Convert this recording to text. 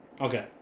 Okay